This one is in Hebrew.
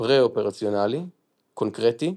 פרה-אופרציונלי, קונקרטי,